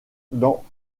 dans